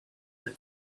that